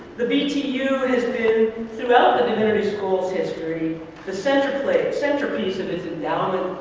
the btu has been throughout the divinity school's history the centerpiece centerpiece of its endowment,